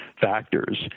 factors